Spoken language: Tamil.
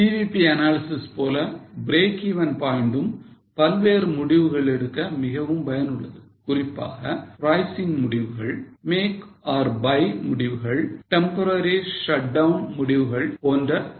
CVP analysis போல breakeven point ம் பல்வேறு முடிவுகள் எடுக்க மிகவும் பயனுள்ளது குறிப்பாக pricing முடிவுகள் make or buy முடிவுகள் temporary shutdown முடிவுகள் போன்ற பல